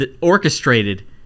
orchestrated